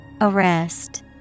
Arrest